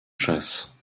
chasse